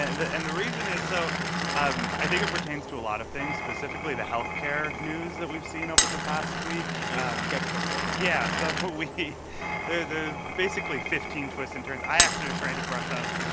ah and the reason is so um i think it pertains to a lot of things, specifically the health care news that we've seen over the past week catch folks up on. yeah, so we there are basically fifteen twists and turns. i actually was trying to brush up yeah